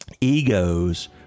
Egos